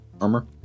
armor